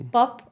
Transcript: Pop